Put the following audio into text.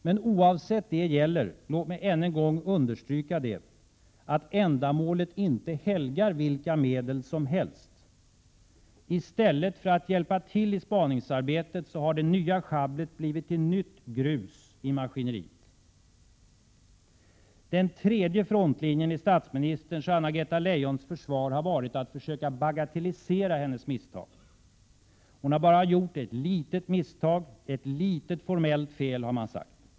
Men oavsett det gäller, låt mig än en gång understryka det, att ändamålet inte helgar vilka medel som helst. I stället för att hjälpa till i spaningsarbetet har det nya sjabblet blivit till nytt grus i maskineriet. Den tredje frontlinjen i statsministerns och Anna-Greta Leijons försvar har varit att försöka bagatellisera hennes misstag. Hon har bara gjort ett litet misstag, ett litet formellt fel, har man sagt.